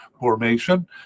formation